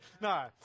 No